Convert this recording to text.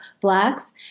Blacks